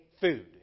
food